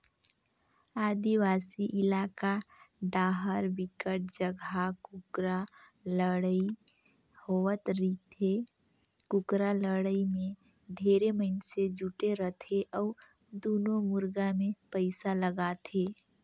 आदिवासी इलाका डाहर बिकट जघा कुकरा लड़ई होवत रहिथे, कुकरा लड़ाई में ढेरे मइनसे जुटे रथे अउ दूनों मुरगा मे पइसा लगाथे